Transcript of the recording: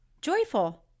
Joyful